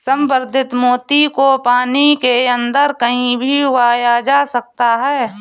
संवर्धित मोती को पानी के अंदर कहीं भी उगाया जा सकता है